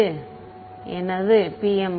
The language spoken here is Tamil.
இது எனது PML